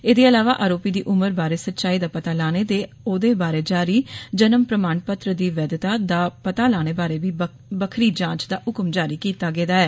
एदे इलावा आरोपी दी उम्र बारै सच्चाई दा पता लाने ते ओदे बारै जारी जन्म प्रमाण पत्र दी वैधता दा पता लाने बारै बी बक्खरी जांच दा ह्कम जारी कीता गेदा ऐ